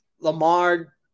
Lamar